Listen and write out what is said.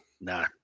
No